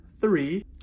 three